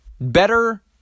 better